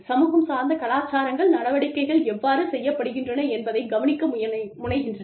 சமூகம் சார்ந்த கலாச்சாரங்கள் நடவடிக்கைகள் எவ்வாறு செய்யப்படுகின்றன என்பதைக் கவனிக்க முனைகின்றன